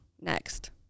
next